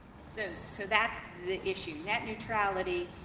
so, so, that's the issue. net neutrality,